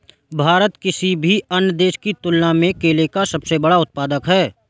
भारत किसी भी अन्य देश की तुलना में केले का सबसे बड़ा उत्पादक है